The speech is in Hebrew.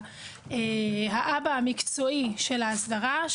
האבא המקצועי של האסדרה.